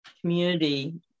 community